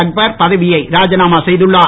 அக்பர் பதவியை ராஜினமா செய்துள்ளார்